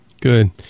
Good